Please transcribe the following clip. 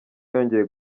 yongeye